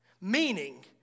Meaning